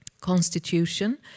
constitution